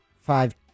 Five